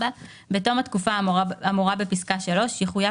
(4) בתום התקופה האמורה בפסקה (32) יחויב